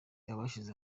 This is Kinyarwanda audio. abashyize